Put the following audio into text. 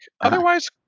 otherwise